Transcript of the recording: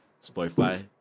Spotify